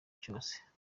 cyawe